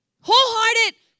Wholehearted